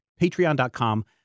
patreon.com